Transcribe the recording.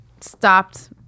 stopped